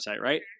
right